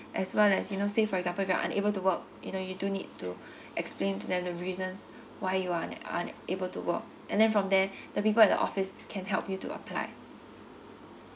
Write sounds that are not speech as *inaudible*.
as well as you know say for example if you're unable to work you know you do need to *breath* explain to them the reasons why you are unable to work and then from there *breath* the people at the office can help you to apply